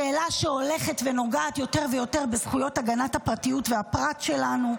שאלה שהולכת ונוגעת יותר ויותר בזכויות הגנת הפרטיות והפרט שלנו,